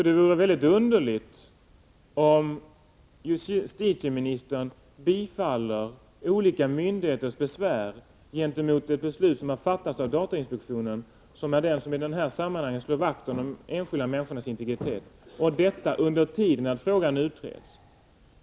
Det vore väldigt underligt om justitieministern skulle bifalla olika myndigheters besvär över ett beslut som har fattats av datainspektionen, som är den myndighet som i dessa sammanhang slår vakt om de enskilda människornas integritet — och detta under tid när frågan utreds.